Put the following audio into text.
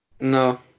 No